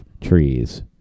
trees